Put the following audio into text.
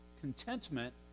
contentment